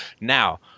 Now